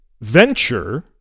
Venture